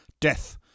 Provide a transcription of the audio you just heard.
death